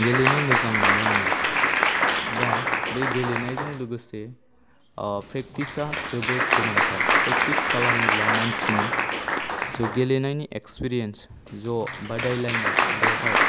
गेलेनो मोजां मोनो आङो दा बे गेलेनायजों लोगोसे प्रेक्टिसा जोबोद गोनांथार प्रेक्टिस खालामोब्ला मानसिनि स' गेलेनायनि एक्सपिरियेन्स ज' बादायलायनाय बेवहाय